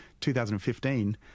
2015